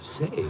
Say